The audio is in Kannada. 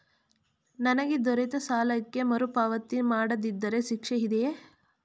ನನಗೆ ದೊರೆತ ಸಾಲಕ್ಕೆ ಮರುಪಾವತಿ ಮಾಡದಿದ್ದರೆ ಶಿಕ್ಷೆ ಇದೆಯೇ?